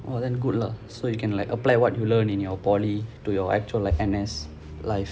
!wah! then good lah so you can like apply what you learn in your polytechnic to your actual like N_S life